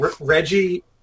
Reggie